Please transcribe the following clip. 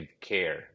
care